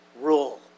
rule